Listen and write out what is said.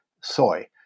soy